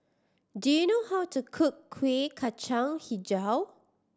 do you know how to cook Kuih Kacang Hijau